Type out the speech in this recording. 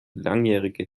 langjährige